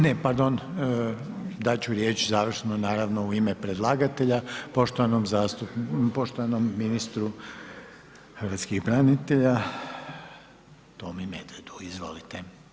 Ne, pardon, dati ću riječ završno naravno u ime predlagatelja poštovanom ministru hrvatskih branitelja Tomi Medvedu, izvolite.